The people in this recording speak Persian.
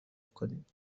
کنید